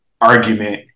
argument